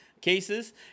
cases